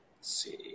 see